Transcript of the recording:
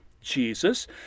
Jesus